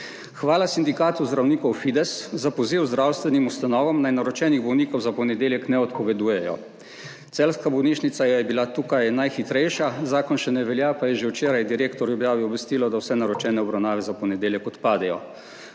Hvala sindikatu zdravnikov Fides za poziv zdravstvenim ustanovam, naj naročenih bolnikov za ponedeljek ne odpovedujejo. Celjska bolnišnica je bila tukaj najhitrejša, zakon še ne velja, pa je že včeraj direktor objavil obvestilo, da vse naročene obravnave za ponedeljek odpadejo.